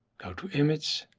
go to image,